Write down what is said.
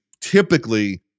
typically